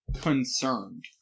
concerned